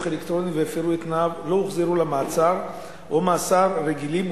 אלקטרוני והפירו את תנאיו לא הוחזרו למעצר או מאסר רגילים,